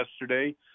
yesterday